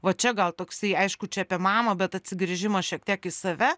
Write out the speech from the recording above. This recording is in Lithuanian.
va čia gal toksai aišku čia apie mamą bet atsigręžimas šiek tiek į save